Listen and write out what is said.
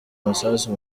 amasasu